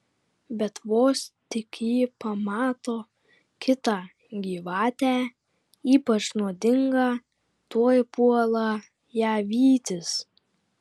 bet vos tik ji pamato kitą gyvatę ypač nuodingą tuoj puola ją vytis